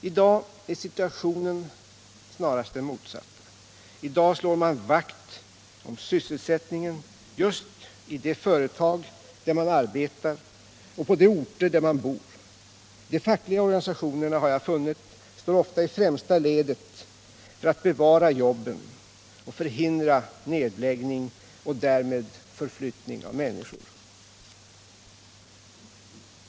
I dag är situationen snarast den motsatta. I dag slår man vakt om sysselsättningen i just det företag där man arbetar och på den ort där man bor. De fackliga organisationerna står ofta i främsta ledet för att bevara jobben och förhindra nedläggning och därmed flyttning av människor.